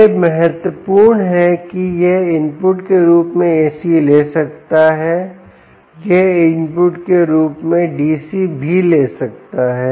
यह महत्वपूर्ण है कि यह एक इनपुट के रूप में AC ले सकता है यह एक इनपुट के रूप में DC भी ले सकता है